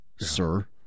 Sir